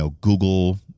Google